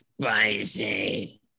Spicy